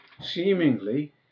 seemingly